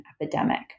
epidemic